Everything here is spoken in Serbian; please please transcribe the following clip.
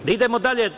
Da idemo dalje.